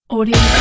Audio